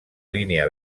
línia